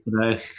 today